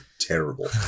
terrible